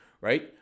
right